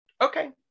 Okay